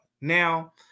Now